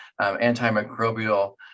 antimicrobial